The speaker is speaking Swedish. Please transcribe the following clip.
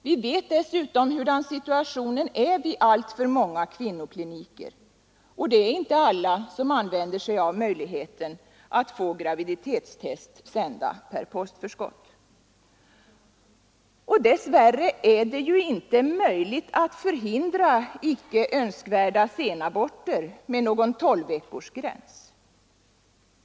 Vi vet dessutom hurdan situationen är vid alltför många kvinnokliniker, och det är inte alla som använder sig av möjligheten att få graviditetstest sända per postförskott. Och dess värre är det ju inte möjligt att förhindra icke önskvärda senaborter med någon tolvveckorsgräns.